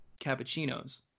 Cappuccinos